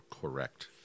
Correct